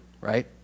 right